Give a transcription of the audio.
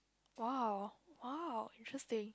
!wow! !wow! interesting